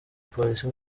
polisi